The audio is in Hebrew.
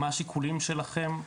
השיקולים שלכם?